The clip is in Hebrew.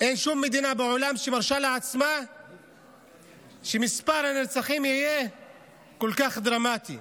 אין שום מדינה בעולם שמרשה לעצמה שמספר הנרצחים יהיה כל כך דרמטי.